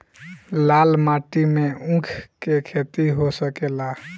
लाल माटी मे ऊँख के खेती हो सकेला?